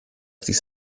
dies